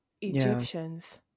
Egyptians